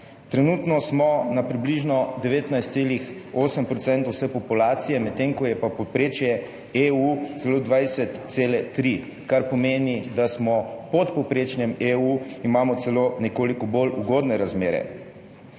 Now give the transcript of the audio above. Trenutno smo na približno 19,8 % vse populacije, medtem ko je pa povprečje EU celo 20,3 %, kar pomeni, da smo pod povprečjem EU, imamo celo nekoliko bolj ugodne razmere.